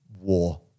war